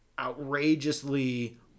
outrageously